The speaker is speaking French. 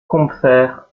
combeferre